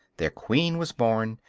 their queen was born,